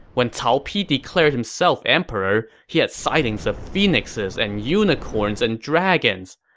when cao pi declared himself emperor, he had sightings of phoenixes and unicorns and dragons.